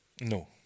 No